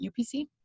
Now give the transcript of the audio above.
UPC